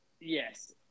Yes